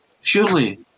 surely